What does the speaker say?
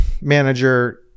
manager